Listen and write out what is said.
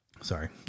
Sorry